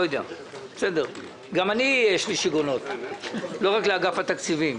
גם לי יש שיגעונות, לא רק לאגף התקציבים?